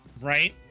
Right